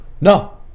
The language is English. No